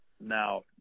now